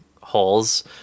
holes